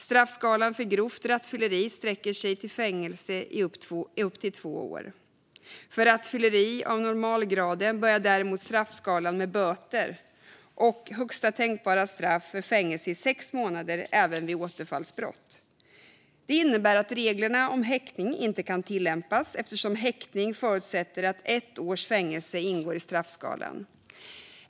Straffskalan för grovt rattfylleri sträcker sig till fängelse i upp till två år. För rattfylleri av normalgraden börjar däremot straffskalan med böter, och högsta tänkbara straff är fängelse i sex månader även vid återfallsbrott. Detta innebär att reglerna om häktning inte kan tillämpas eftersom häktning förutsätter att ett års fängelse ingår i straffskalan.